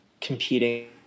competing